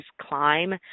climb